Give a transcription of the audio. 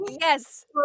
Yes